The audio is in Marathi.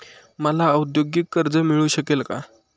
मला औद्योगिक कर्ज मिळू शकेल का?